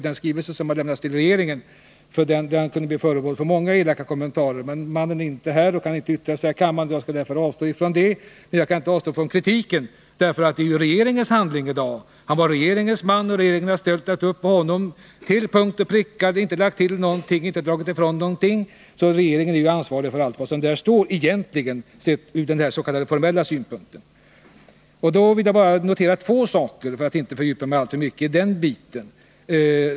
Den kunde bli föremål för många elaka kommentarer, men förhandlaren är inte här och kan inte yttra sig i kammaren, och jag skall därför avstå från det. Men jag kan inte avstå från kritiken, för han var regeringens man, och regeringen har ställt upp bakom honom till punkt och pricka. Man har inte lagt till någonting och inte dragit ifrån någonting, så regeringen är ansvarig för allt vad som där står, sett ur den s.k. formella synpunkten. Då vill jag bara notera två saker, för att inte fördjupa mig alltför mycket i den biten.